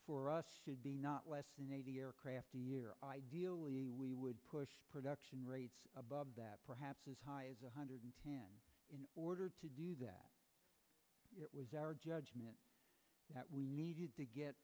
for us should be not less than eighty aircraft a year ideally we would push production rates above that perhaps as high as one hundred in order to do that it was our judgment that we needed to get